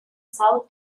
south